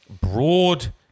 broad